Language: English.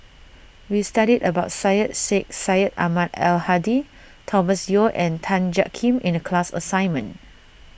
we studied about Syed Sheikh Syed Ahmad Al Hadi Thomas Yeo and Tan Jiak Kim in the class assignment